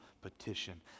petition